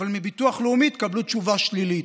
אבל מביטוח לאומי תקבלו תשובה שלילית,